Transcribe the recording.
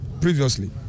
previously